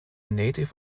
native